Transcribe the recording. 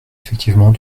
effectivement